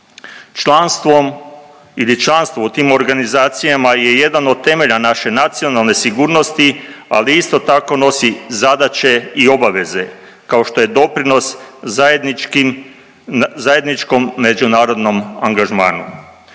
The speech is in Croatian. članstvo u tim organizacijama je jedan od temelja naše nacionalne sigurnosti ali isto tako nosi zadaće i obaveze kao što je doprinos zajedničkim, zajedničkom međunarodnom angažmanu.